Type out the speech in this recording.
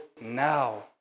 now